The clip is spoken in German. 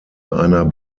einer